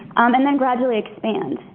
and then gradually expand.